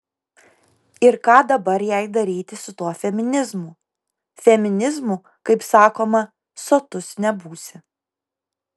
ir ką dabar jai daryti su tuo feminizmu feminizmu kaip sakoma sotus nebūsi